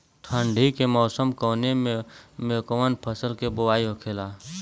ठंडी के मौसम कवने मेंकवन फसल के बोवाई होखेला?